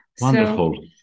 Wonderful